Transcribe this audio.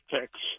picks